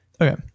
Okay